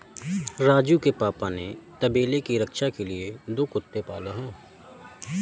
राजू के पापा ने तबेले के रक्षा के लिए दो कुत्ते पाले हैं